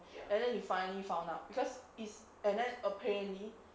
and then you finally found out because it's and then apparently